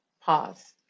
pause